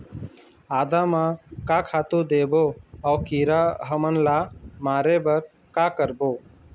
आदा म का खातू देबो अऊ कीरा हमन ला मारे बर का करबो?